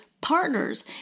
partners